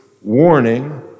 warning